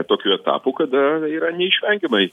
tokių etapų kada yra neišvengiamai